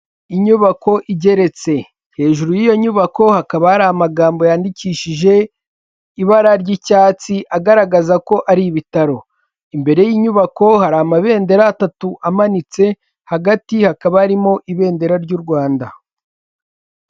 Inyubako igeretse hejuru y'iyo nyubako hakaba hari amagambo yandikishije ibara ry'icyatsi agaragaza ko ari ibitaro, imbere y'inyubako hari amabendera atatu amanitse hagati hakaba arimo ibendera ry'u Rwanda.